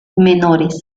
menores